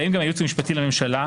בהם גם הייעוץ המשפטי לממשלה,